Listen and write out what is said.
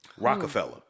Rockefeller